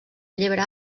llebre